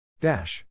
Dash